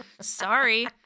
Sorry